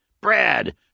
Brad